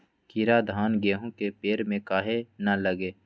कीरा धान, गेहूं के पेड़ में काहे न लगे?